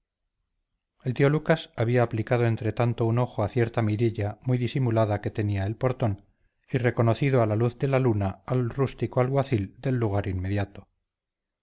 el tío lucas había aplicado entretanto mirilla muy disimulada que tenía el portón y reconocido a la luz de la luna al rústico alguacil del lugar inmediato